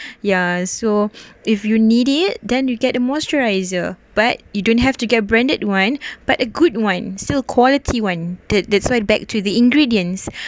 ya so if you need it then you get the moisturiser but you don't have to get branded one but a good one still quality one that that's why back to the ingredients